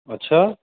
अछा